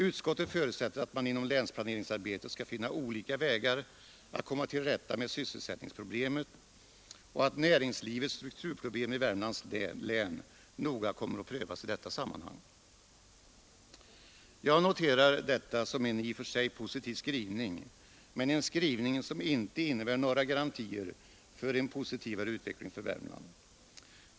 Utskottet förutsätter att man i länsplaneringsarbetet skall finna olika vägar att komma till rätta med sysselsättningsproblemen och att näringslivets strukturproblem i Värmlands län noga kommer att prövas i detta sammanhang. Jag noterar detta som en i och för sig positiv skrivning, men en skrivning som inte innebär några garantier för en positivare utveckling för Värmland.